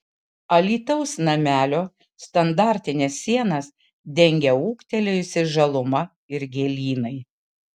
alytaus namelio standartines sienas dengia ūgtelėjusi žaluma ir gėlynai